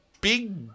big